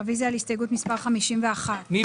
רוויזיה על הסתייגות מס' 7. מי